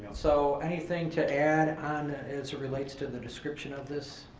so anything to add and as it relates to the description of this?